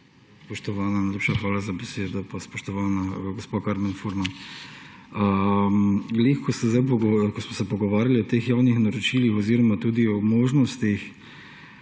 Spoštovana, najlepša hvala za besedo. Spoštovana gospa Karmen Furman! Ko smo se pogovarjali o teh javnih naročilih oziroma tudi o možnostih,